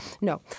No